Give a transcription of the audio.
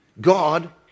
God